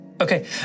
Okay